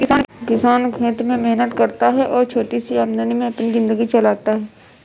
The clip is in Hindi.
किसान खेत में मेहनत करता है और छोटी सी आमदनी में अपनी जिंदगी चलाता है